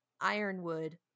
Ironwood